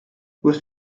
with